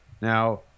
Now